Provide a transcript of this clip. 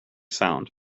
sound